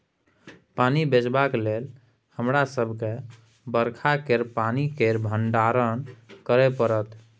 पानि बचेबाक लेल हमरा सबके बरखा केर पानि केर भंडारण करय परत